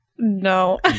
No